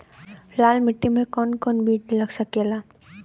लाल मिट्टी में कौन कौन बीज लग सकेला?